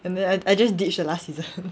I just ditch the last season